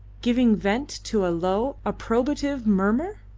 giving vent to a low, approbative murmur?